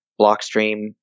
Blockstream